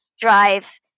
drive